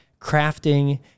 crafting